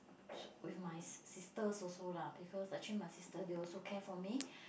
with my sisters also lah because actually my sister they also care for me